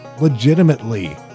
legitimately